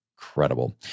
incredible